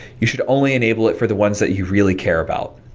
you should only enable it for the ones that you really care about,